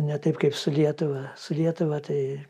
ne taip kaip su lietuva su lietuva tai